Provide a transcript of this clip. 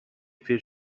پیر